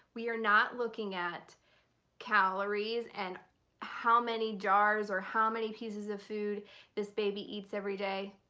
we are not looking at calories and how many jars or how many pieces of food this baby eats every day.